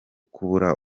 kubura